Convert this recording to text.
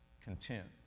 Content